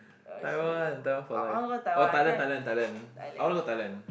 Taiwan Taiwan for life oh Thailand Thailand Thailand I want to go Thailand